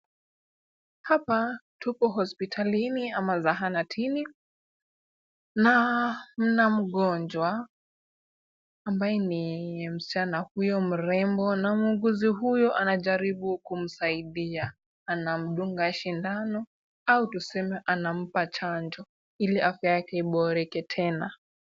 Hapa tuko hospitalini ama zahanatini na mna mgonjwa ambaye ni msichana huyo mrembo na muuguzi huyo anajaribu kumsaidia. Anamdunga sindano au tuseme anampa chanjo ili afya yake iboreke tena.